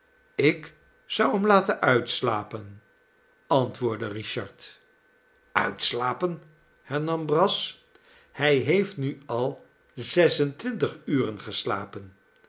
ik zou hem laten uitslapen antwoordde richard uitslapen hernam brass hij heeft nu al zes en twintig uren geslapen